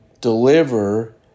deliver